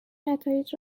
نتایج